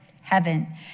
heaven